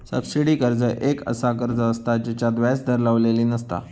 subsidy कर्ज एक असा कर्ज असता जेच्यात व्याज दर लावलेली नसता